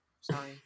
sorry